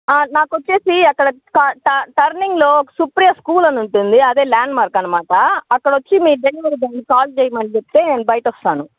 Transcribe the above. నాకు వచ్చేసి అక్కడ క ట టర్నింగ్లో సుప్రియ స్కూల్ అని ఉంటుంది అదే ల్యాండ్మార్క్ అన్నమాట అక్కడ వచ్చి మీ డెలివరీ బాయ్ని కాల్ చేయమని చెప్తే నేను బయటకి వస్తాను